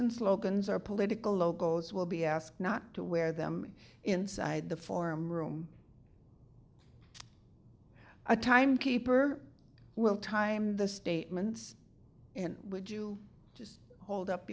and slogans or political logos will be asked not to wear them inside the forum room a timekeeper will time the statements and would you just hold up